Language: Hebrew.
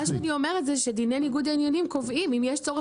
מה שאני אומרת זה שדיני ניגוד העניינים קובעים אם יש צורך